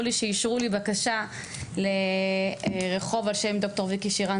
לי שאישרו לי בקשה לרחוב בחיפה על שם ד"ר ויקי שירן,